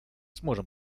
сможем